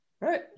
right